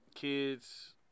kids